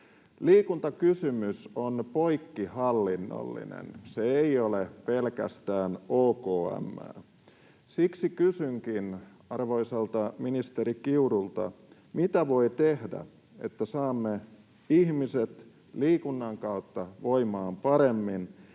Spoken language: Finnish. Liikuntakysymys on poikkihallinnollinen. Se ei ole pelkästään OKM:ää. Siksi kysynkin arvoisalta ministeri Kiurulta: mitä voi tehdä, että saamme ihmiset liikunnan kautta voimaan paremmin,